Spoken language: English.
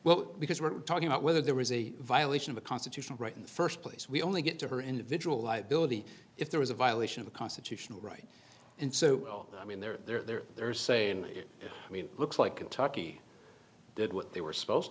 well because we're talking about whether there was a violation of a constitutional right in the first place we only get to her individual liability if there is a violation of a constitutional right and so i mean they're there they're saying we looks like kentucky did what they were supposed